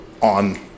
on